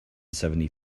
seventy